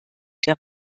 der